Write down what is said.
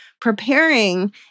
Preparing